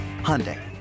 Hyundai